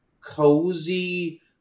cozy